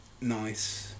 Nice